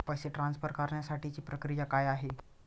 पैसे ट्रान्सफर करण्यासाठीची प्रक्रिया काय आहे?